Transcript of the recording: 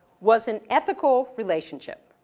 was an ethical relationship